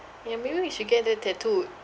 ya maybe we should get that tattooed